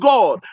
God